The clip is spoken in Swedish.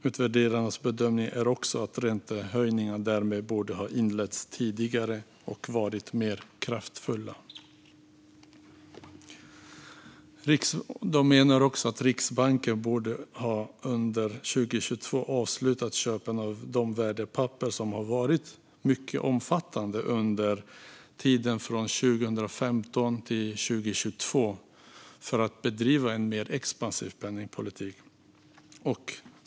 Utvärderarnas bedömning är också att räntehöjningarna därmed borde ha inletts tidigare och varit mer kraftfulla. De menar också att Riksbanken under 2022 borde ha avslutat köpen av värdepapper, som var mycket omfattande under tiden 2015-2022 i syfte att bedriva en mer expansiv penningpolitik.